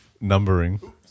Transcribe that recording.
numbering